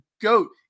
goat